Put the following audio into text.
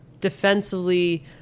defensively